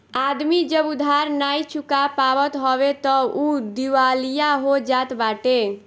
आदमी जब उधार नाइ चुका पावत हवे तअ उ दिवालिया हो जात बाटे